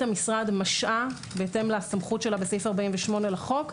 המשרד משעה בהתאם לסמכות שלה בסעיף 48 לחוק,